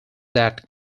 that